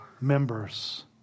members